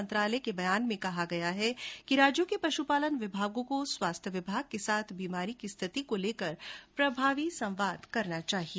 मंत्रालय के बयान में कहा गया है कि राज्यों के पशुपालन विभागों को स्वास्थ्य विभाग के साथ बीमारी की स्थिति को लेकर प्रभावी संवाद करना चाहिए